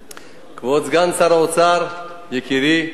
תודה, כבוד סגן שר האוצר, יקירי,